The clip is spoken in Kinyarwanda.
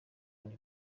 rnb